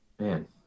Man